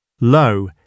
Low